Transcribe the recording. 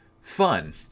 fun